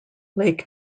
lake